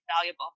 valuable